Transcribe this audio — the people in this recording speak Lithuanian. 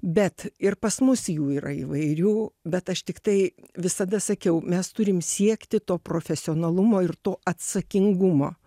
bet ir pas mus jų yra įvairių bet aš tiktai visada sakiau mes turim siekti to profesionalumo ir to atsakingumo